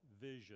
vision